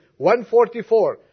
144